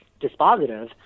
dispositive